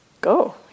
Go